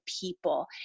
people